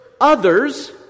others